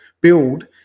build